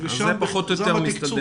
אז זה פחות או יותר מסתדר.